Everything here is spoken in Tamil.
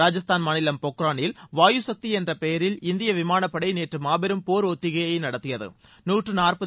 ராஜஸ்தான் மாநிலம் பொக்ரானில் வாயுசக்தி என்ற பெயரில் இந்திய விமானப்படை நேற்று மாபெரும் போர் ஒத்திகையை நடத்தியது